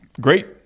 great